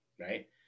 right